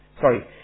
Sorry